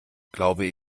glaube